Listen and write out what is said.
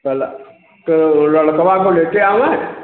कल तो लड़कवा को लेते आऊँ मैं